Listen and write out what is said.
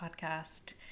podcast